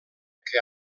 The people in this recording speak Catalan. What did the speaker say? que